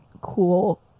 cool